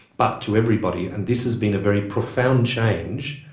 but to everybody. and this has been a very profound change,